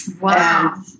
Wow